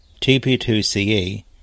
TP2CE